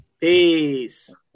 Peace